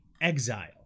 Exile